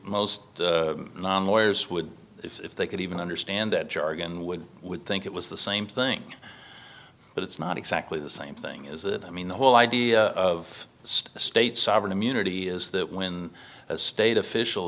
most lawyers would if they could even understand that jargon would would think it was the same thing but it's not exactly the same thing is that i mean the whole idea of a state sovereign immunity is that when a state official